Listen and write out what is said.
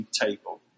table